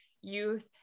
youth